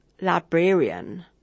Librarian